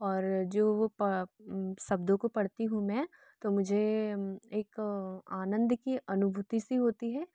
और जो वह प शब्दों को पढ़ती हूँ मैं तो मुझे एक आनंद की अनुभूति सी होती है